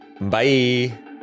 Bye